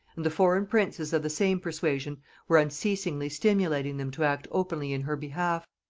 and the foreign princes of the same persuasion were unceasingly stimulating them to act openly in her behalf.